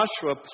Joshua